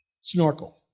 snorkel